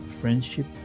Friendship